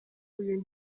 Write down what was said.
uyu